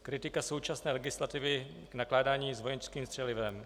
Kritika současné legislativy k nakládání s vojenským střelivem.